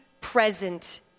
present